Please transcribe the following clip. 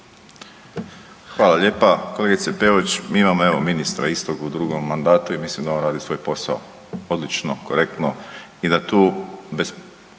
Hvala lijepa. Kolegice Peović, mi imamo evo ministra isto u drugom mandatu i mislim da on radi svoj posao odlično, korektno i da tu